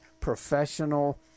professional